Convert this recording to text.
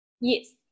Yes